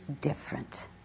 different